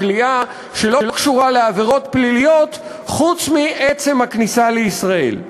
כליאה שלא קשורה לעבירות פליליות חוץ מעצם הכניסה לישראל.